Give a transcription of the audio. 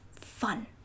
fun